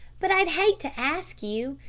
but i'd hate to ask you.